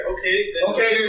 Okay